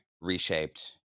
reshaped